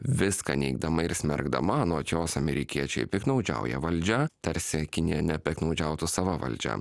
viską neigdama ir smerkdama anot jos amerikiečiai piktnaudžiauja valdžia tarsi kinija nepiktnaudžiautų sava valdžia